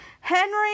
Henry